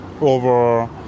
over